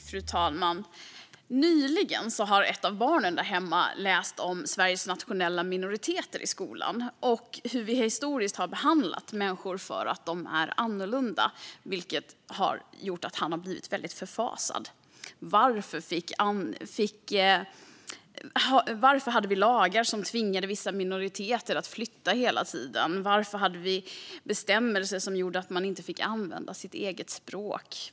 Fru talman! Ett av barnen där hemma har nyligen läst i skolan om Sveriges nationella minoriteter och hur vi historiskt har behandlat människor för att de är annorlunda. Detta har gjort honom förfasad. Varför hade vi lagar som tvingade vissa minoriteter att hela tiden flytta? Varför hade vi bestämmelser som gjorde att man inte fick använda sitt eget språk?